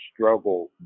struggle